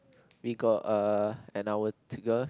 we got uh an hour to go